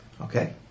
Okay